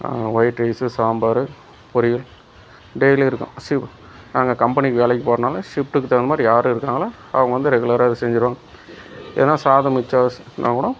white rice sambar பொரியல் டெய்லியும் இருக்கும் சீவு நாங்கள் கம்பெனிக்கு வேலைக்கு போகிறனால ஷிப்ட்டுக்கு தகுந்த மாதிரி யார் இருக்காங்களோ அவங்க வந்து ரெகுலராக செஞ்சுருவாங்க ஏன்னால் சாதம் மிச்சம் வெஸ் னா கூட